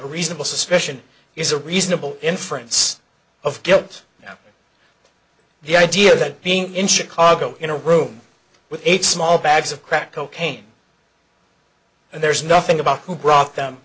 reasonable suspicion is a reasonable inference of guilt the idea that being in chicago in a room with eight small bags of crack cocaine and there's nothing about who brought them